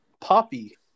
Poppy